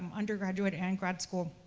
um undergraduate and graduate school,